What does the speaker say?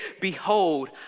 behold